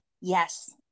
Yes